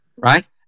Right